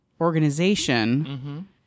organization